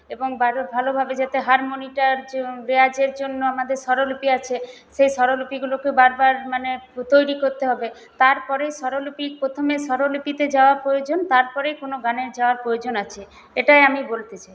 এবং ভালোভাবে যাতে হারমোনিটার যে রেওয়াজের জন্য আমাদের স্বরলিপি আছে সে স্বরলিপিগুলোকে বারবার মানে তৈরি করতে হবে তারপরে স্বরলিপি প্রথমে স্বরলিপিতে যাওয়া প্রয়োজন তারপরেই কোনও গানের যাওয়ার প্রয়োজন আছে এটাই আমি বলতে চাই